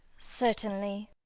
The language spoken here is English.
certainly.